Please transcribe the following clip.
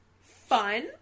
fun